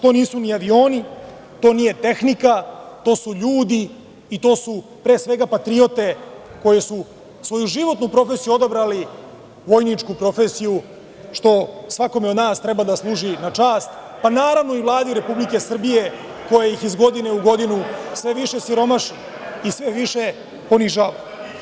To nisu ni avioni, to nije tehnika, to su ljudi, a pre svega patriote koji su svoju životnu profesiju odabrali, vojničku profesiju, što svakome od nas treba da služi na čast, pa naravno i Vladi Republike Srbije koja ih godine u godinu sve više siromaši i sve više ponižava.